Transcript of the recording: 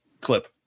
clip